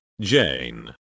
Jane